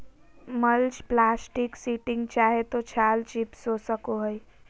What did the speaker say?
mulch plastic sheeting चाहे तो छाल चिप्स हो सको हइ